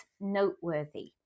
noteworthy